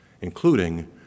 including